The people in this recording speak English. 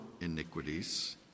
iniquities